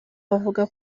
bavuga